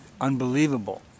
unbelievable